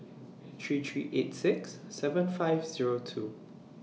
three three eight six seven five Zero two